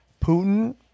Putin